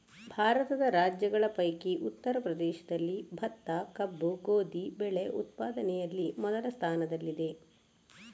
ಭಾರತದ ರಾಜ್ಯಗಳ ಪೈಕಿ ಉತ್ತರ ಪ್ರದೇಶದಲ್ಲಿ ಭತ್ತ, ಕಬ್ಬು, ಗೋಧಿ ಬೆಳೆ ಉತ್ಪಾದನೆಯಲ್ಲಿ ಮೊದಲ ಸ್ಥಾನದಲ್ಲಿದೆ